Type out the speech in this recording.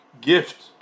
gift